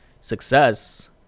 success